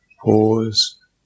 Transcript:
Pause